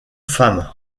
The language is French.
femmes